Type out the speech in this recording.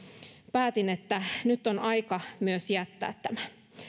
päätin että nyt on aika myös jättää tämä